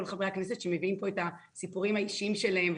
חברי הכנסת שמביאים פה הסיפורים האישיים שלהם,